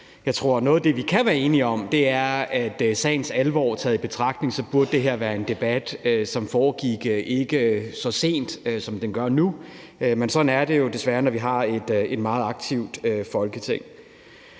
jeg tror, at noget af det, vi kan være enige om, er, at det her sagens alvor taget i betragtning burde være en debat, som ikke foregik så sent, som den gør nu. Men sådan er det jo desværre, når vi har et meget aktivt Folketing.